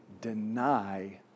deny